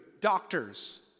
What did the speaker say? doctors